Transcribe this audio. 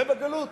זה בגלות.